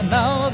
now